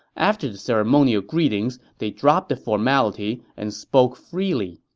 after the ceremonial greetings, they dropped the formality and spoke freely,